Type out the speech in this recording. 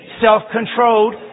self-controlled